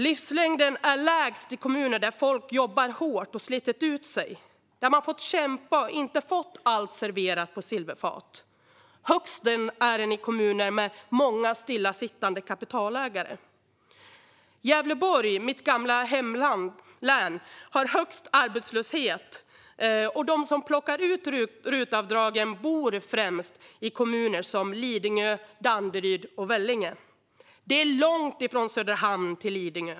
Livslängden är lägst i kommuner där folk jobbat hårt och slitit ut sig, där man har fått kämpa och inte fått allt serverat på silverfat. Högst är den i kommuner med många stillasittande kapitalägare. Gävleborg, mitt gamla hemlän, har högst arbetslöshet medan de som plockar ut RUT-avdrag bor främst i kommuner som Lidingö, Danderyd och Vellinge. Det är långt från Söderhamn till Lidingö.